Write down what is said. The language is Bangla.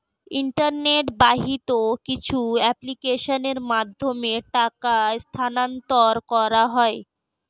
ইন্টারনেট বাহিত কিছু অ্যাপ্লিকেশনের মাধ্যমে টাকা স্থানান্তর করা হয়